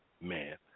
man